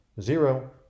zero